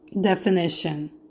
definition